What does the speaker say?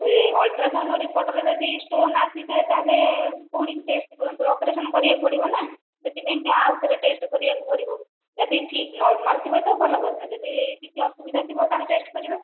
ଯେ ultrasound report ର ଯଦି ଷ୍ଟୋନ୍ ଆସିଥାଏ ତା'ହେଲେ ପୁଣି ଟେଷ୍ଟ ଅପରେସନ୍ କରିବାକୁ ପଡ଼ିବ ନା ସେଥିପାଇଁକା ଆଉ ଥରେ ଟେଷ୍ଟ କରିବାକୁ ପଡ଼ିବ ଯଦି ଠିକ୍ ନର୍ମାଲ ଥିବ ତ ଭଲ କଥା ଯଦି କିଛି ଅସୁବିଧା ଥିବ ତା'ହେଲେ ଟେଷ୍ଟ କରିବା